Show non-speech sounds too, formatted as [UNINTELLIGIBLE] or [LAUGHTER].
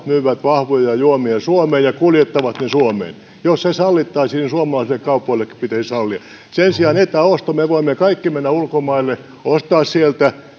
[UNINTELLIGIBLE] myyvät vahvoja juomia suomeen ja kuljettavat ne suomeen ja jos se sallittaisiin suomalaisille kaupoillekin pitäisi sallia sen sijaan etäosto on sitä että me voimme kaikki mennä ulkomaille ostaa sieltä [UNINTELLIGIBLE]